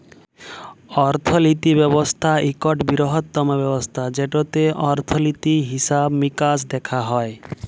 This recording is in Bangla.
অর্থলিতি ব্যবস্থা ইকট বিরহত্তম ব্যবস্থা যেটতে অর্থলিতি, হিসাব মিকাস দ্যাখা হয়